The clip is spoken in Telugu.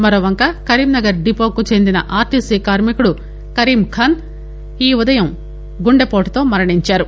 మరోవంక కరీంనగర్ డిపోకు చెందిన ఆర్టీసీ కార్మికుడు కరీంఖాస్ ఈ ఉదయం గుండెపోటుతో మరణించారు